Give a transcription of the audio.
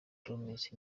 promises